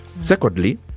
secondly